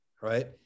right